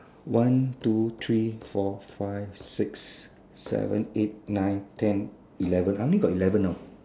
one two three four five six seven eight nine ten eleven I only got eleven now